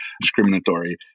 discriminatory